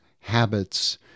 habits